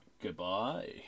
Goodbye